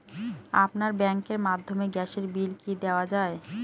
আপনার ব্যাংকের মাধ্যমে গ্যাসের বিল কি দেওয়া য়ায়?